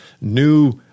new